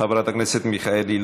חברת הכנסת מיכאלי,